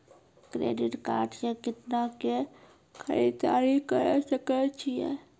Credit card से कितना के खरीददारी करे सकय छियै?